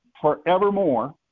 forevermore